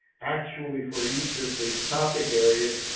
actually for each of these topic areas,